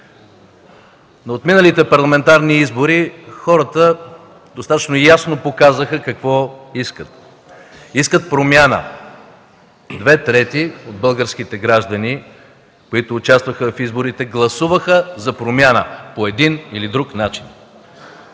На отминалите парламентарни избори хората достатъчно ясно показаха какво искат. Искат промяна – две трети от българските граждани, които участваха в изборите, гласуваха за промяна по един или друг начин.